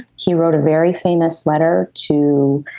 he wrote a very famous letter to